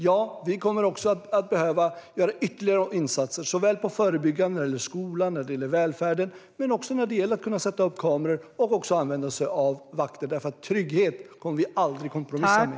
Ja, vi kommer att behöva göra ytterligare insatser, till exempel förebyggande insatser när det gäller skolan och välfärden och när det gäller att kunna sätta upp kameror och använda sig av vakter. Trygghet kommer vi nämligen aldrig att kompromissa med.